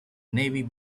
navy